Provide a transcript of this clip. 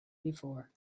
before